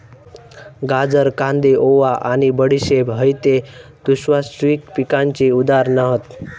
गाजर, कांदे, ओवा आणि बडीशेप हयते द्विवार्षिक पिकांची उदाहरणा हत